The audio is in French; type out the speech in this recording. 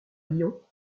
lyon